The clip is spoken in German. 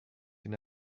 bin